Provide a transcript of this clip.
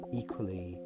equally